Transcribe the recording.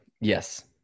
Yes